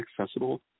accessible